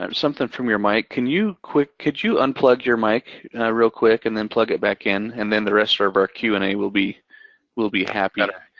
um something from your mic. can you quick, could you unplug your mic real quick and then plug it back in, and then the rest of our q and a will be will be happy. better.